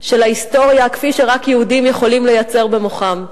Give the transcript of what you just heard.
של ההיסטוריה, כפי שרק יהודים יכולים לייצר במוחם.